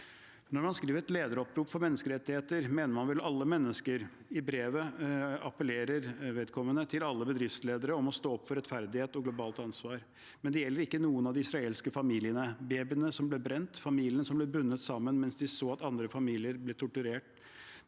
når du skriver et lederopprop for menneskerettigheter, mener du vel alle mennesker? I brevet appellerer du til alle bedriftsledere om å stå opp for rettferdighet og globalt ansvar. Men det gjelder ikke for noen av de israelske familiene? Babyene som ble brent? Familiene som ble bundet sammen mens de så på at andre familiemedlemmer ble torturert?